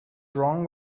wrong